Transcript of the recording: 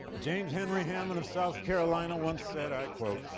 james henry hammond of south carolina once said, i quote,